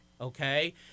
Okay